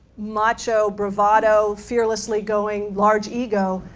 macho, bravado, fearlessly going, large ego.